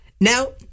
Now